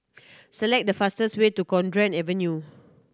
select the fastest way to Cowdray Avenue